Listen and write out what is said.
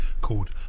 called